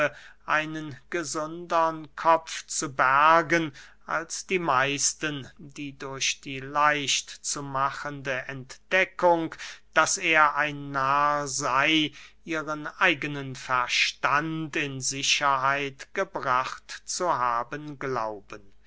einen gesundern kopf zu bergen als die meisten die durch die leicht zu machende entdeckung daß er ein narr sey ihren eigenen verstand in sicherheit gebracht zu haben glauben